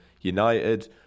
United